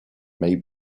may